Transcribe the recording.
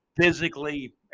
physically